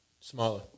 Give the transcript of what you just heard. smaller